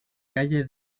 calle